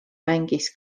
mängis